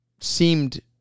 seemed